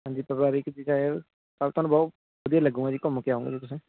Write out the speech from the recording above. ਹਾਂਜੀ ਪਰਿਵਾਰਿਕ ਜਗ੍ਹਾ ਏ ਸਰ ਤੁਹਾਨੂੰ ਬਹੁਤ ਵਧੀਆ ਲੱਗੁਗਾ ਜਦ ਘੁੰਮ ਕੇ ਆਓਂਗੇ ਜਦੋਂ ਤੁਸੀਂ